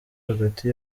hagati